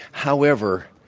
however,